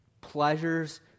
pleasures